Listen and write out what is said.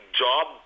job